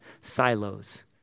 silos